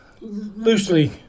loosely